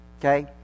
okay